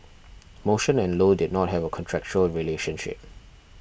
motion and low did not have a contractual relationship